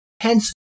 Hence